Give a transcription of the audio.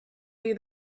you